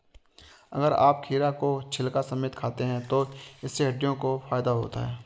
अगर आप खीरा को छिलका समेत खाते हैं तो इससे हड्डियों को फायदा होता है